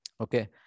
Okay